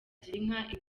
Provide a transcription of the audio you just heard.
girinka